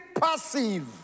passive